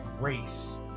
race